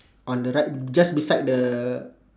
on the right just beside the